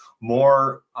more